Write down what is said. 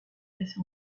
classé